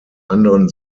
anderen